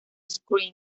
scream